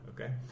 okay